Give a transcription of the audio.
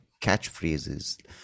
catchphrases